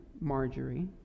Marjorie